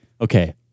okay